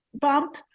bump